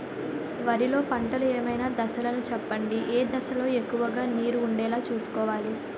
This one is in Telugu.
వరిలో పంటలు ఏమైన దశ లను చెప్పండి? ఏ దశ లొ ఎక్కువుగా నీరు వుండేలా చుస్కోవలి?